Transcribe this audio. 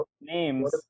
names